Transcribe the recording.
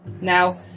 Now